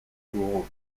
dugu